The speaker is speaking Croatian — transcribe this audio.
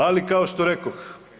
Ali kao što rekoh.